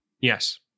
Yes